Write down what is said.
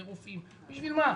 ורופאים - בשביל מה?